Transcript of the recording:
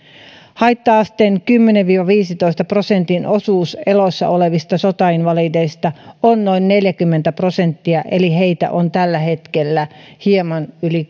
haitta asteen kymmenen viiva viidentoista prosentin osuus elossa olevista sotainvalideista on noin neljäkymmentä prosenttia eli heitä on tällä hetkellä hieman yli